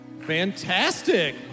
Fantastic